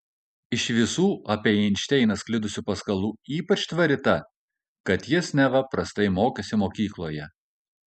iš visų apie einšteiną sklidusių paskalų ypač tvari ta kad jis neva prastai mokėsi mokykloje